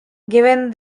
given